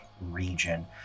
region